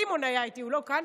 סימון היה איתי, הוא לא כאן.